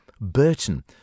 Burton